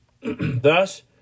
Thus